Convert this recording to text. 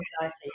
anxiety